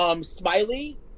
Smiley